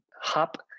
hub